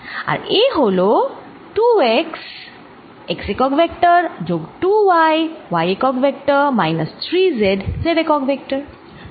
আর A হল 2 x গুণ x একক ভেক্টর যোগ 2 y গুণ y একক ভেক্টর মাইনাস 3 z গুণ z একক ভেক্টর